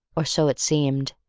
or so it seemed,